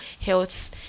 health